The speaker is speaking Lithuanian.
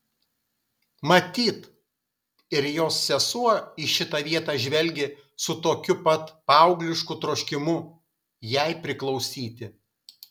matyt ir jos sesuo į šitą vietą žvelgė su tokiu pat paauglišku troškimu jai priklausyti